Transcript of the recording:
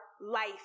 life